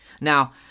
Now